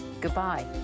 Goodbye